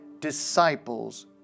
disciples